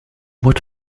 what